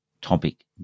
topic